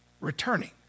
returning